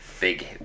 big